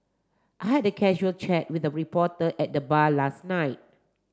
I had the casual chat with the reporter at the bar last night